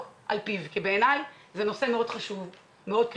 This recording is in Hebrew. על פיו כי בעיני זה נושא חשוב וקריטי.